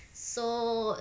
so